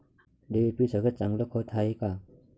DAP सगळ्यात चांगलं खत हाये का?